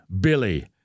Billy